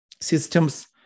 systems